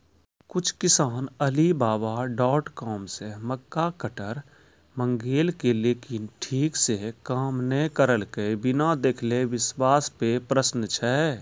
कुछ किसान Alibaba dot com से मक्का कटर मंगेलके लेकिन ठीक से काम नेय करलके, बिना देखले विश्वास पे प्रश्न छै?